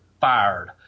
fired